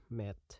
met